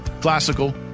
classical